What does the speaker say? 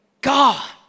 God